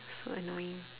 so annoying